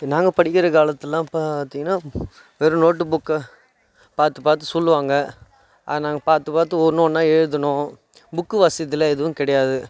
இப்போ நாங்கள் படிக்கின்ற காலத்துலெலாம் பார்த்தீங்கன்னா வெறும் நோட்டு புக்கை பார்த்து பார்த்து சொல்லுவாங்க அதை நாங்கள் பார்த்து பார்த்து ஒன்று ஒன்னா எழுதணும் புக்கு வசதிலாம் எதுவும் கிடையாது